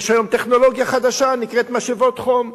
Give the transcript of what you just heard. יש היום טכנולוגיה חדשה, נקראת משאבות חום.